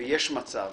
ויש מצב